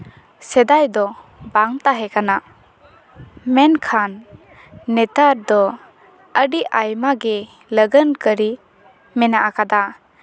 ᱥᱮᱫᱟᱭ ᱫᱚ ᱵᱟᱝ ᱛᱟᱦᱮᱸ ᱠᱟᱱᱟ ᱢᱮᱱᱠᱷᱟᱱ ᱱᱮᱛᱟᱨ ᱫᱚ ᱟᱹᱰᱤ ᱟᱭᱢᱟᱜᱮ ᱞᱟᱹᱜᱟᱹᱱ ᱠᱟᱹᱨᱤ ᱢᱮᱱᱟᱜ ᱟᱠᱟᱫᱟ